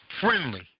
friendly